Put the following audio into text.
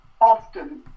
often